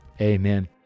Amen